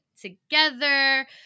together